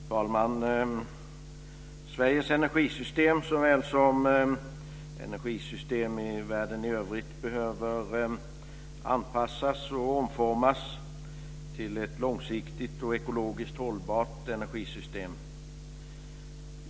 Fru talman! Sveriges energisystem, såväl som energisystem i världen i övrigt, behöver anpassas och omformas till ett långsiktigt och ekologiskt hållbart energisystem.